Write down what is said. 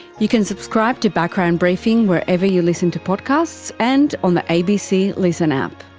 you can subscribe to background briefing wherever you listen to podcasts, and on the abc listen app